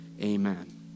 Amen